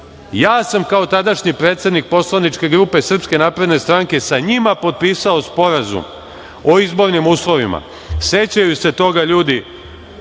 sam kao tadašnji predsednik poslaničke grupe Srpske napredne stranke sa njima potpisao sporazum o izbornim uslovima, sećaju se toga ljudi